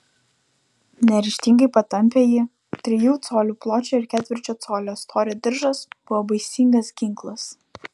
neryžtingai patampė jį trijų colių pločio ir ketvirčio colio storio diržas buvo baisingas ginklas